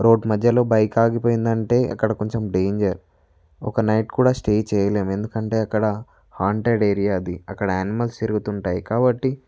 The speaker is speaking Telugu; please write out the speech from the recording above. రోడ్డు మధ్యలో బైక్ ఆగిపోయింది అంటే అక్కడ కొంచెం డేంజర్ ఒక నైట్ కూడా స్టే చేయలేం ఎందుకంటే అక్కడ హాంటెడ్ ఏరియా అది అక్కడ యానిమల్స్ తిరుగుతుంటాయి కాబట్టి